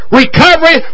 recovery